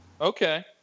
Okay